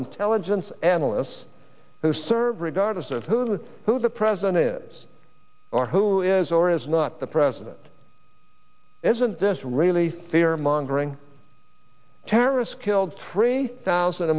intelligence analysts who serve regardless of who the who the president is or who is or is not the president isn't this really fear mongering terrorists killed three thousand